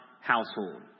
household